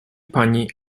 pani